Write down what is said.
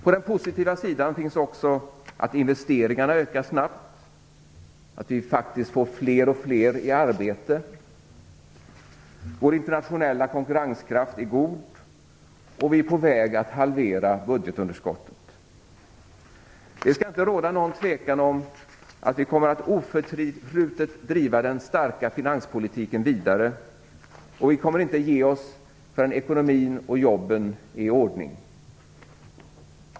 På den positiva sidan finns också att investeringarna ökar snabbt och att vi faktiskt får allt fler i arbete. Vår internationella konkurrenskraft är god, och vi är på väg att halvera budgetunderskottet. Det skall inte råda någon tvekan om att vi oförtrutet kommer att driva den starka finanspolitiken vidare. Vi kommer inte att ge oss förrän ekonomin och jobben är i ordning.